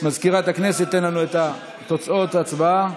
מזכירת הכנסת תיתן לנו את תוצאות ההצבעה.